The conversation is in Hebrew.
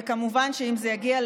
וכמובן שאם זה יגיע,